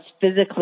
physically